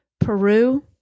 Peru